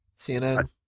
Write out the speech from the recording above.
CNN